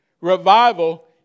Revival